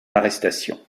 arrestation